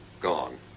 Gone